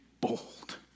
bold